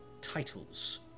titles